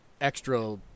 extra